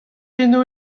eno